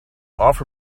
offer